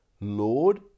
Lord